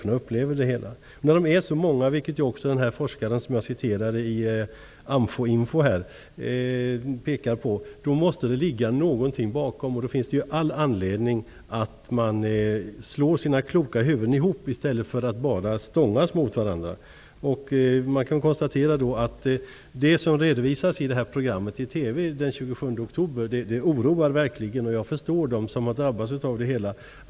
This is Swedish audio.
Det faktum att de drabbade är så många tyder på att det måste ligga någonting bakom påståendena. Det pekar också den forskare jag citerade ur AMFO-info på. Det finns all anledning att man slår sina kloka huvuden ihop i stället för att för att bara stångas med varandra. oktober oroar verkligen. Jag förstår dem som har drabbats av elallergi.